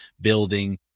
building